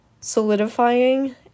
solidifying